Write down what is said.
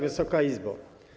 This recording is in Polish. Wysoka Izbo!